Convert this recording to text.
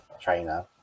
trainer